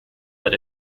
that